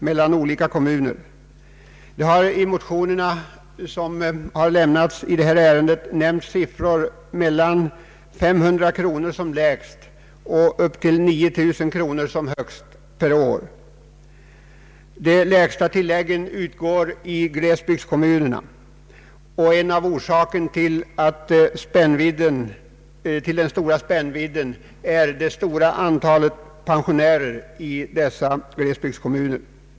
I motionerna i ärendet har nämnts att tillägg utgår som lägst med 500 kronor och som högst med 9 000 kronor per år. De lägsta tilläggen utgår i glesbygdskommunerna, och en av orsakerna till den stora spännvidden är det stora antalet pensionärer i dessa kommuner.